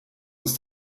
uns